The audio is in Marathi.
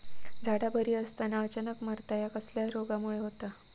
झाडा बरी असताना अचानक मरता हया कसल्या रोगामुळे होता?